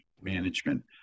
management